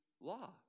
law